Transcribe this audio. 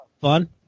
fun